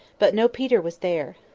but no peter was there.